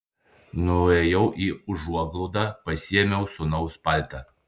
nuėjau į užuoglaudą pasiėmiau sūnaus paltą